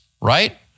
right